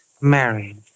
married